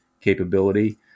capability